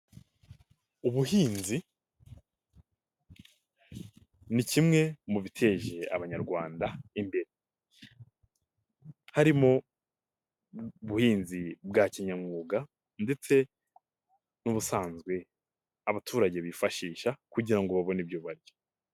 Ubuhinzi ni kimwe mu biteje Abanyarwanda imbere, harimo ubuhinzi bwa kinyamwuga ndetse n'ubusanzwe abaturage bifashisha kugira ngo babone ibyo barya.